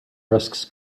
risks